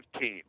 team